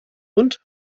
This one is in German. und